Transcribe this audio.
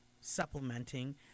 supplementing